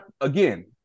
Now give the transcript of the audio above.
again